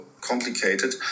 complicated